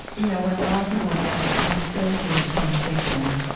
you know when a lot of people imagine a facilitated conversation,